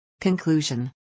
Conclusion